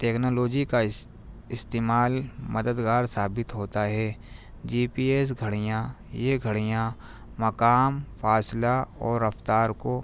technology کا استعمال مددگار ثابت ہوتا ہے جی پی ایس گھڑیاں یہ گھڑیاں مقام فاصلہ اور رفتار کو